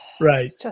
Right